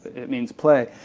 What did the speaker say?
it means play.